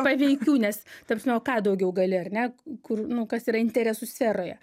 paveikių nes ta prasme o ką daugiau gali ar ne kur nu kas yra interesų sferoje